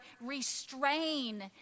restrain